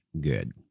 good